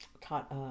taught